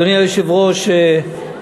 אדוני היושב-ראש,